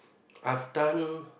I've done